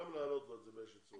גם להעלות לו את הסכום באיזושהי צורה.